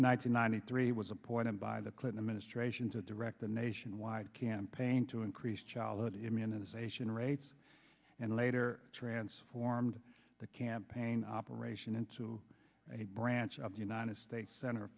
hundred ninety three was appointed by the clinton administration to direct the nationwide campaign to increase childhood immunization rates and later transformed the campaign operation into a branch of the united states center